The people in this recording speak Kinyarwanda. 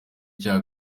cya